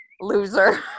loser